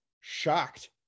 shocked